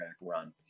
run